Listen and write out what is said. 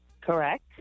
Correct